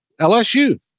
LSU